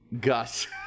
Gus